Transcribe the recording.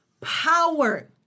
power